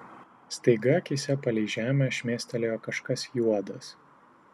staiga akyse palei žemę šmėstelėjo kažkas juodas